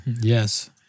Yes